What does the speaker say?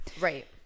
Right